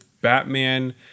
Batman